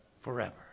Forever